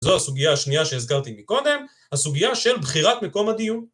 זו הסוגיה השנייה שהזכרתי מקודם, הסוגיה של בחירת מקום הדיון.